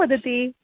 वदति